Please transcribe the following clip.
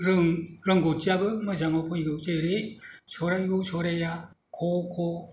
रोंगौथिआबो मोजाङाव फैगौ जेरै अ आ क ख